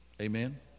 Amen